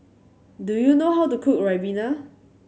do you know how to cook Ribena